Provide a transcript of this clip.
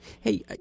Hey